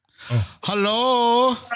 Hello